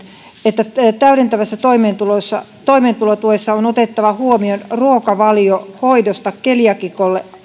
että täydentävässä toimeentulotuessa toimeentulotuessa on otettava huomioon ruokavaliohoidosta keliaakikolle